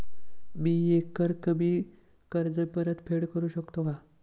मी एकरकमी कर्ज परतफेड करू शकते का?